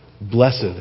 Blessed